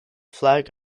flag